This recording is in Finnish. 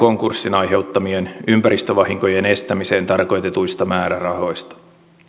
konkurssin aiheuttamien ympäristövahinkojen estämiseen tarkoitetuista määrärahoista